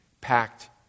packed